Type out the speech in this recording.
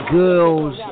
girls